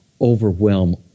overwhelm